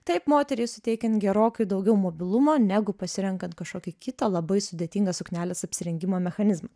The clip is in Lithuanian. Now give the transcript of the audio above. taip moteriai suteikiant gerokai daugiau mobilumo negu pasirenkant kažkokį kitą labai sudėtingą sukneles apsirengimo mechanizmą